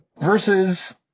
versus